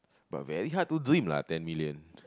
but very hard to dream lah ten million